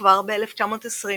וכבר בשנת 1920